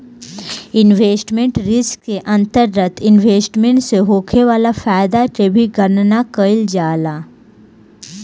investment risk के अंतरगत investment से होखे वाला फायदा के भी गनना कईल जाला